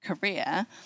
career